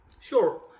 Sure